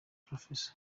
prof